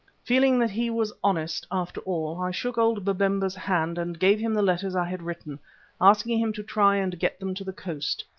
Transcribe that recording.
feeling that he was honest after all, i shook old babemba's hand and gave him the letters i had written asking him to try and get them to the coast.